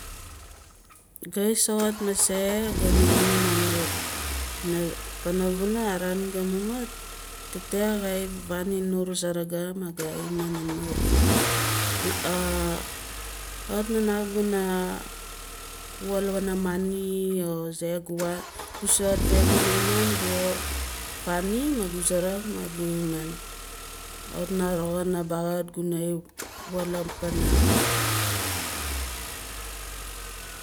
Ga isoxot mase gana imin anur pana vuna araan ga mumut tete ka vaninun surugu ma ga imin anur kawit na naf kuna wal pana moni or axe gu soxot be funa imin gu faani ma gu suruk ma gu imin kawit na roxin a baxut guna wah pana